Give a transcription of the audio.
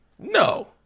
No